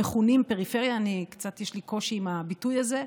המכונים פריפריה, ויש לי קצת קושי עם הביטוי הזה.